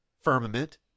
firmament